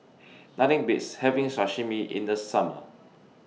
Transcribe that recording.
Nothing Beats having Sashimi in The Summer